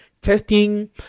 testing